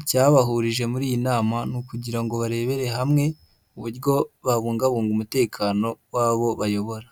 icyabahurije muri iyi nama ni ukugira ngo barebere hamwe, uburyo babungabunga umutekano w'abo bayobora.